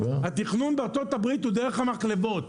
התכנון בארצות הברית הוא דרך המחלבות,